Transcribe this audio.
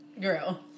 Girl